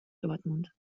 dortmund